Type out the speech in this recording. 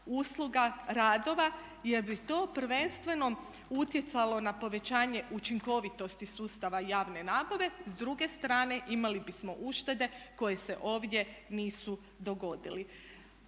usluga, radova jer bi to prvenstveno utjecalo na povećanje učinkovitosti sustava javne nabave. S druge strane imali bismo uštede koje se ovdje nisu dogodile.